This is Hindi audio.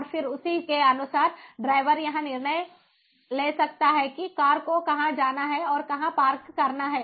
और फिर उसी के अनुसार ड्राइवर यह निर्णय ले सकता है कि कार को कहाँ जाना है और कहाँ पार्क करना है